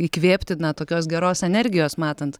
įkvėpti na tokios geros energijos matant